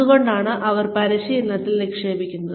എന്തുകൊണ്ടാണ് അവർ പരിശീലനത്തിൽ നിക്ഷേപിക്കുന്നത്